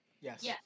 Yes